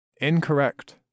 Incorrect